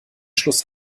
schluss